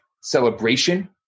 celebration